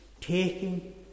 taking